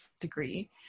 degree